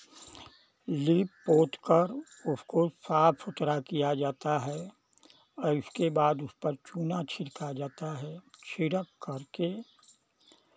leap पोत कर उसको साफ़ सुथरा किया जाता है आ इसके बाद उसपर चूना छिड़का जाता है छिड़क कर के